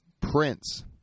Prince